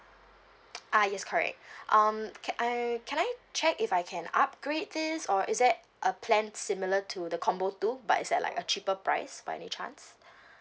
ah yes correct um can I can I check if I can upgrade this or is there a plan similar to the combo two but it's at like a cheaper price by any chance